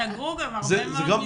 סגרו הרבה מאוד מסגרות.